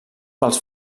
pels